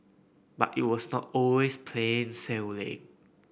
but it was not always plain sailing